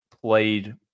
played